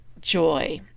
joy